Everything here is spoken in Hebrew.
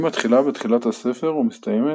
היא מתחילה בתחילת הספר ומסתיימת,